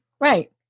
Right